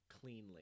cleanly